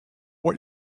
what